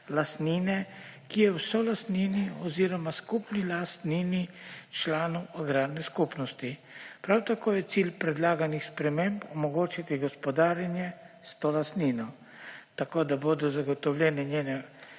ki je v solastnini oziroma skupni lastnini članov agrarne skupnosti. Prav tako je cilj predlaganih sprememb omogočiti gospodarjenje s to lastnino, tako da bodo zagotovljene njene